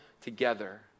together